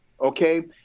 Okay